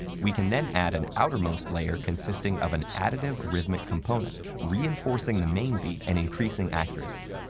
we can then add an outermost layer consisting of an additive rhythmic component, reinforcing the main beat and increasing accuracy.